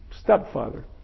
stepfather